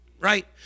right